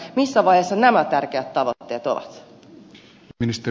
missä vaiheessa nämä tärkeät tavoitteet ovat